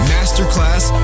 Masterclass